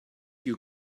you